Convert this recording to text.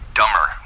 dumber